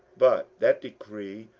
but that decree,